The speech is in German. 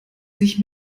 sich